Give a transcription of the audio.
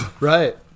Right